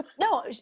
No